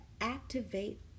activate